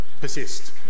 persist